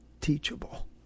teachable